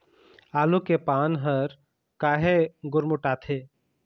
आलू के पान हर काहे गुरमुटाथे?